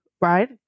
right